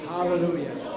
Hallelujah